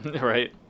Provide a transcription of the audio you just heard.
right